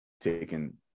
taken